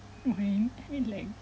wink relax